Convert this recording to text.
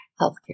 healthcare